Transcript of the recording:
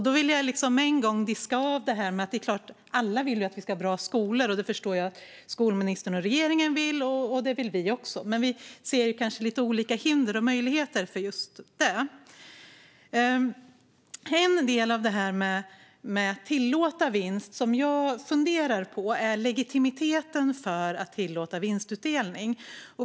Då vill jag med en gång diska av detta med att alla såklart vill att vi ska ha bra skolor. Det förstår jag att skolministern och regeringen vill, och det vill vi också. Men vi ser kanske lite olika hinder och möjligheter för just det. En del av att tillåta vinst som jag funderar över är legitimiteten för att tillåta vinstutdelning.